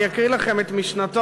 אני אקריא לכם את משנתו,